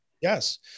Yes